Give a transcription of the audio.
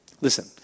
Listen